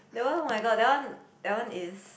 that one [oh]-my-god that one that one is